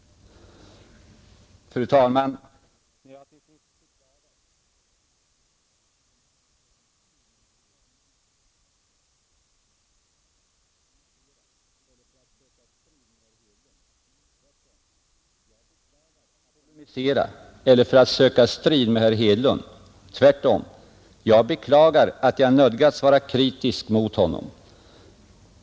När jag till sist beklagar att centerledaren har beslutat sig för att backa upp regeringens förslag till presstöd — låt vara efter att ha krävt smärre ändringar — gör jag det självfallet inte av lust att polemisera eller för att söka strid med herr Hedlund; jag beklagar tvärtom att jag nödgas vara kritisk mot honom.